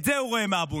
את זה הוא רואה מהבונקר.